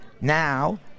Now